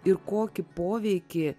ir kokį poveikį